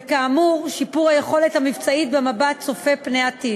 וכאמור שיפור היכולת המבצעית במבט הצופה פני עתיד.